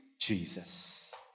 Jesus